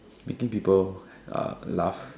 making people uh laugh